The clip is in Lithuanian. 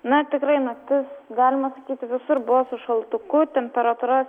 na tikrai naktis galima sakyti visur buvo su šaltuku temperatūra